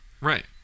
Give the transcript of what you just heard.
Right